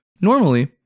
normally